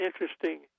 interesting